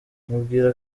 mubwira